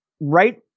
Right